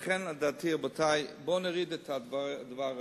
לכן, רבותי, לדעתי, בואו נוריד את הדבר הזה.